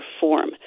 form